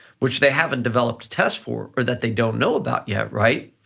which they haven't developed a test for, or that they don't know about yet, right,